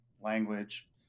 language